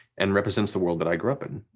and represents the world that i grew up in.